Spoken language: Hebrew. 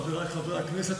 חבריי חברי הכנסת,